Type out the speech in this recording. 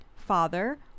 father